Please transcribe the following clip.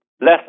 less